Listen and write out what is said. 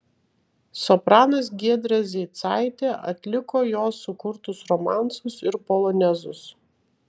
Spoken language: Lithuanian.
sopranas giedrė zeicaitė atliko jo sukurtus romansus ir polonezus